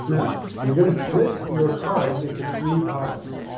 now, you're going to split your cards into three piles,